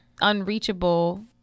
unreachable